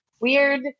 weird